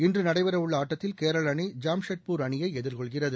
இன்று நடைபெறவுள்ள ஆட்டத்தில் கேரள அணி ஜாம்ஷெட்பூர் அணியை எதிர்கொள்கிறது